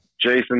Jason